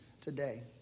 today